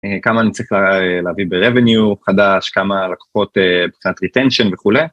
כמה אני צריך להביא ב-revenue חדש, כמה לקוחות מבחינת retention וכולי.